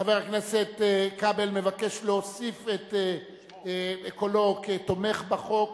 חבר הכנסת כבל מבקש להוסיף את קולו כתומך בחוק.